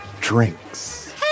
drinks